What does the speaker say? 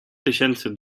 tysięcy